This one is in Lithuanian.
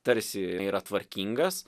tarsi yra tvarkingas